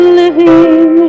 living